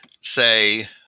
say